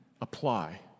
apply